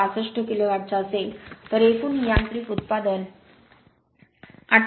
65 kilo वॅटचा असेल तर एकूण यांत्रिक उत्पादन 18